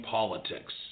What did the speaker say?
Politics